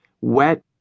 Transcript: wet